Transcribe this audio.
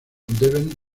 deben